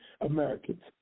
Americans